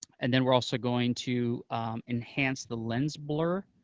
and then we're also going to enhance the lens blur.